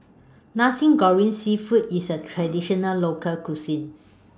Nasi Goreng Seafood IS A Traditional Local Cuisine